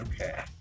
Okay